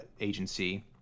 agency